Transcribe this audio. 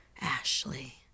Ashley